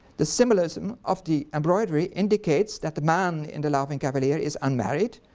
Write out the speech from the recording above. the symbolism of the embroidery indicates that the man in the laughing cavalier is unmarried,